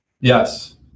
Yes